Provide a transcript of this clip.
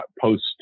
post